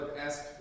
asked